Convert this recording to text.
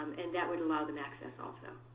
um and that would allow them access also.